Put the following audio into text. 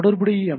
தொடர்புடைய எம்